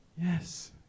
Yes